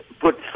put